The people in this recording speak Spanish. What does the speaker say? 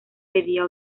pedía